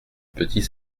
petit